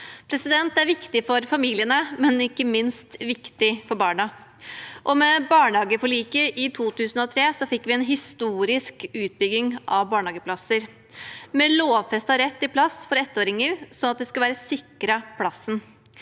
tid. Det er viktig for familiene og ikke minst viktig for barna. Med barnehageforliket i 2003 fikk vi en historisk utbygging av barnehageplasser, med lovfestet rett til plass for ettåringer, slik at de skal være sikret plass.